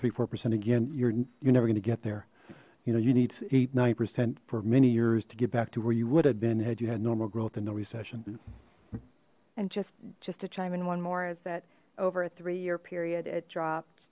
three four percent again you're you're never going to get there you know you need eight nine percent for many years to get back to where you would have been had you had normal growth in the recession and just just to chime in one more is that over a three year period it